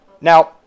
Now